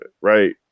Right